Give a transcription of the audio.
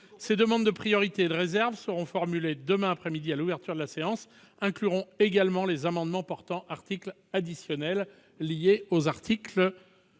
Ces demandes de priorité et de réserve seront formulées demain après-midi à l'ouverture de la séance. Elles concerneront également les amendements portant articles additionnels liés aux articles